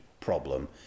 problem